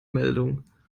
meldung